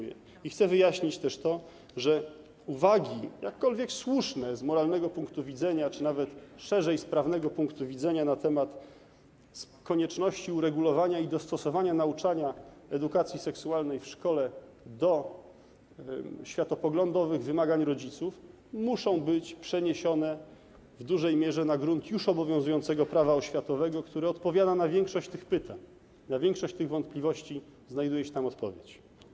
I chcę wyjaśnić też to, że uwagi - jakkolwiek słuszne z moralnego punktu widzenia, czy nawet szerzej: z prawnego punktu widzenia - na temat konieczności uregulowania i dostosowania nauczania edukacji seksualnej w szkole do światopoglądowych wymagań rodziców muszą być przeniesione w dużej mierze na grunt już obowiązującego prawa oświatowego, które odpowiada na większość tych pytań, na większość wątpliwości znajduje się tam odpowiedź.